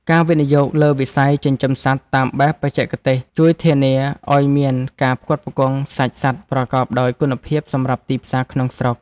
ការវិនិយោគលើវិស័យចិញ្ចឹមសត្វតាមបែបបច្ចេកទេសជួយធានាឱ្យមានការផ្គត់ផ្គង់សាច់សត្វប្រកបដោយគុណភាពសម្រាប់ទីផ្សារក្នុងស្រុក។